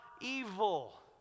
evil